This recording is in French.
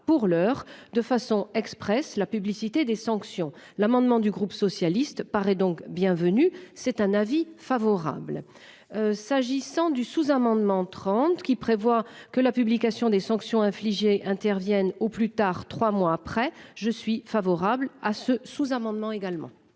pour l'heure, de façon expresse, la publicité des sanctions. L'amendement du groupe socialiste paraît donc bienvenu, c'est un avis favorable. S'agissant du sous-amendement 30 qui prévoit que la publication des sanctions infligées intervienne au plus tard trois mois après, je suis favorable à ce sous-amendement également.